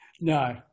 No